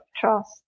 trust